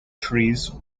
trees